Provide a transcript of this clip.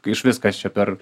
tai iš vis kas čia per